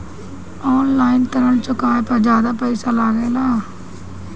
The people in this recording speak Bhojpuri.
आन लाईन ऋण चुकावे पर ज्यादा पईसा लगेला?